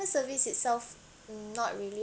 service itself mm not really